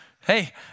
Hey